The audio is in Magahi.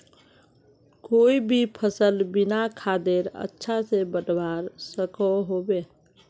कोई भी सफल बिना खादेर अच्छा से बढ़वार सकोहो होबे?